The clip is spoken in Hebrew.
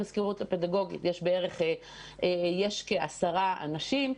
בהנהלת המזכירות הפדגוגית יש כעשרה אנשים.